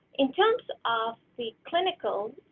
in terms of the clinical